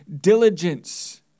diligence